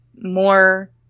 more